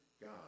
God